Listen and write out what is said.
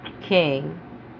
King